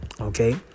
Okay